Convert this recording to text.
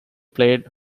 played